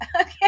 okay